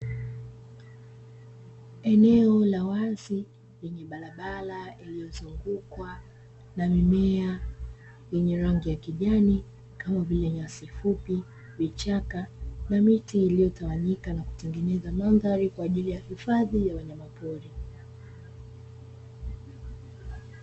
Eneo la wazi yenye barabara inayozungukwa na mimea yenye rangi ya kijani kama vile nyasi fupi, vichaka, na miti iliyotawanyika inatengeneza mandhari kwaajili ya hifadhi ya wanyama poli.